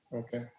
okay